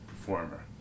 performer